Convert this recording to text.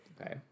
Okay